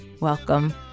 welcome